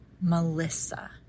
Melissa